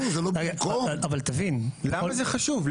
אבל תבין --- למה זה חשוב?